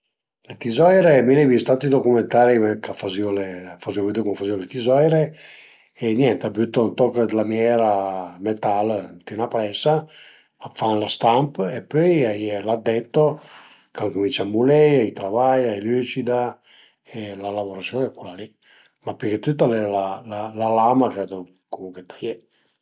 Le tizoire, mi l'ai vist tanti documentari ch'a fazìu le a fazìu vëddi cum a fazìu le tizoire e niente a bütu ën toch dë lamiera, metal ënt üna pressa, e fan lë stamp e pöi a ie l'addetto ch'a cumincia a mulé, a i travai, a i lücida e la lavurasiun al e cula li, ma pi che tüt al e la la lama ch'a deu comuncue taié